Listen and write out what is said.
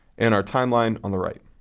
and our timeline on the right.